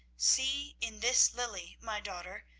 see, in this lily, my daughter,